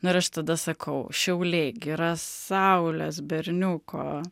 nu ir aš tada sakau šiauliai gi yra saulės berniuko